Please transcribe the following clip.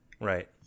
Right